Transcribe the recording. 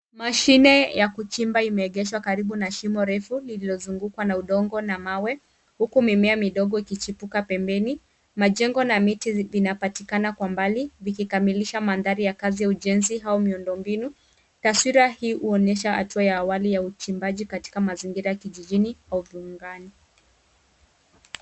Mashine ya kuchimba imeegeshwa karibu na shimo refu lililozunguka na udongo na mawe, huku mimea midogo ikichipuka pembeni. Majengo na miti vinapatikana kwa mbali, vikikamilisha mandhari ya kazi ya ujenzi au miundombinu. Taswira hii ,huonyesha hatua ya awali ya uchimbaji katika mazingira ya kijijini au viunganii.